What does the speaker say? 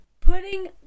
putting